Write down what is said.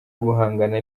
guhangana